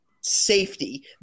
safety